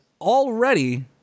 already